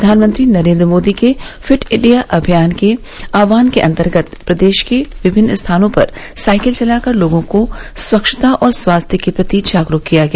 प्रधानमंत्री नरेंद्र मोदी के fit India अभियान के आहवान के अंतर्गत प्रदेश के विभिन्न स्थानों पर साइकिल चलाकर लोगों को स्वच्छता और स्वास्थ्य के प्रति जागरूक किया गया